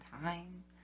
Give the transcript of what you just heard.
time